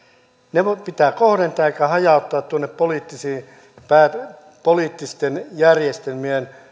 ne pitää kohdentaa eikä hajauttaa tuonne poliittisiin järjestelmiin